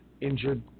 injured